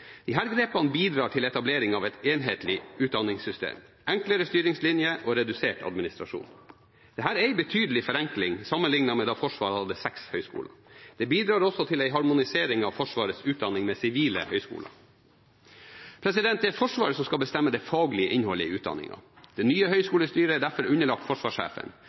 grepene bidrar til etablering av et enhetlig utdanningssystem, enklere styringslinjer og redusert administrasjon. Dette er en betydelig forenkling sammenlignet med da Forsvaret hadde seks høyskoler. Det bidrar også til en harmonisering av Forsvarets utdanning med sivile høyskoler. Det er Forsvaret som skal bestemme det faglige innholdet i utdanningen. Det nye høyskolestyret er derfor underlagt forsvarssjefen.